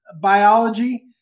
biology